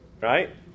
right